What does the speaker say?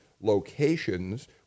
locations